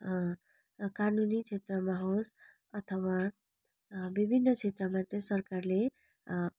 कानुनी क्षेत्रमा होस् अथवा विभिन्न क्षेत्रमा चाहिँ सरकारले